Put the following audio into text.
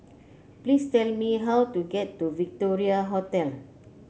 please tell me how to get to Victoria Hotel